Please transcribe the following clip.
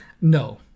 No